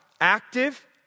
active